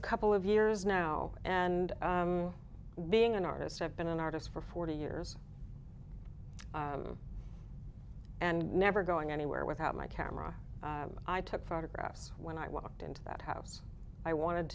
a couple of years now and being an artist i've been an artist for forty years and never going anywhere without my camera i took photographs when i walked into that house i wanted